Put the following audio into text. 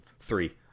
three